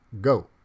go